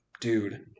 dude